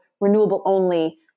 renewable-only